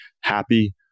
happy